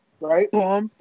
right